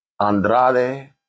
Andrade